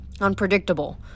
unpredictable